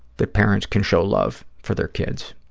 that parents can show love for their kids,